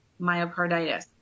myocarditis